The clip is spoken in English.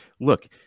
look